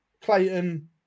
Clayton